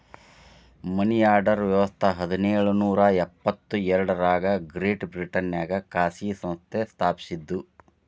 ಮನಿ order ವ್ಯವಸ್ಥ ಹದಿನೇಳು ನೂರ ಎಪ್ಪತ್ ಎರಡರಾಗ ಗ್ರೇಟ್ ಬ್ರಿಟನ್ನ್ಯಾಗ ಖಾಸಗಿ ಸಂಸ್ಥೆ ಸ್ಥಾಪಸಿದ್ದು